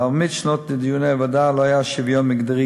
ברוב שנות דיוני הוועדה לא היה שוויון מגדרי,